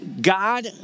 God